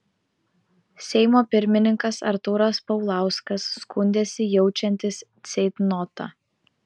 seimo pirmininkas artūras paulauskas skundėsi jaučiantis ceitnotą